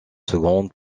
secondes